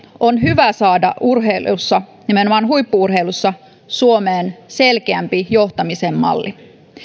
on hyvä saada urheilussa nimenomaan huippu urheilussa suomeen selkeämpi johtamisen malli